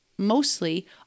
Mostly